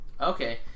Okay